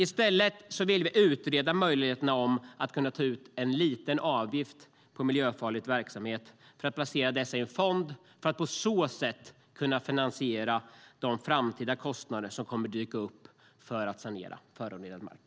I stället vill vi utreda möjligheten att ta ut en liten avgift på miljöfarlig verksamhet och placera den i en fond för att kunna finansiera de kostnader som dyker upp i framtiden för att sanera förorenad mark.